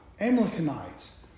Amalekites